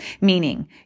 meaning